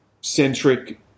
centric